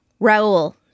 Raul